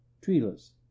Treeless